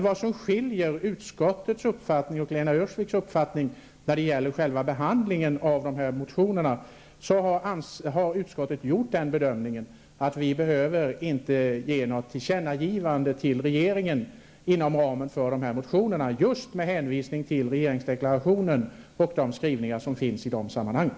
Vad som skiljer utskottets och Lena Öhrsviks uppfattning när det gäller själva behandlingen av motionerna är att utskottet bedömer att riksdagen inte behöver göra något tillkännagivande till regeringen inom ramen för dessa motioner, just med hänvisning till regeringsdeklarationen och skrivningarna i de sammanhangen.